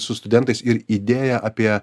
su studentais ir idėją apie